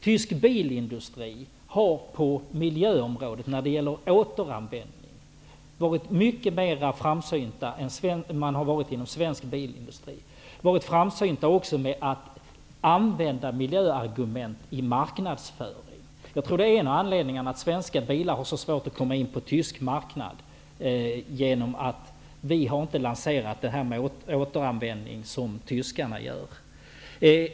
Tysk bilindustri har på miljöområdet, när det gäller återanvändning, varit mycket mera framsynt än man har varit inom svensk bilindustri. De har också varit framsynta när det gäller att använda miljöargument i marknadsföringen. Jag tror att det är en av anledningarna till att svenska bilar har så svårt att komma in på tysk marknad. Vi har inte lanserat detta med återanvändning som tyskarna gör.